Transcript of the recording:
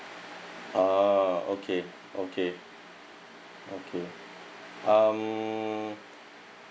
ah okay okay okay um